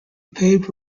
paved